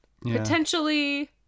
Potentially